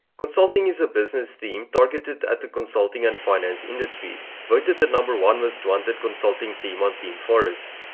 consulting is a business theme targeted at the consulting and finance industries. voted the number one most wanted consulting theme on theme forest,